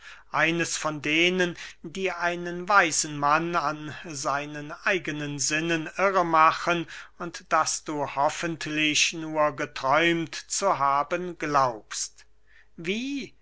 eines von denen die einen weisen mann an seinen eigenen sinnen irre machen und das du hoffentlich nur geträumt zu haben glaubst wie